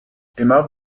immer